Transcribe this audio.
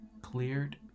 cleared